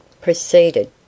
proceeded